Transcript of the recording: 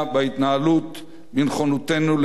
בנכונותנו להביט בפני המציאות,